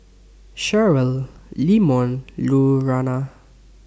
Cheryl Leamon Lurana